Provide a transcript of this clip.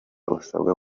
usabwa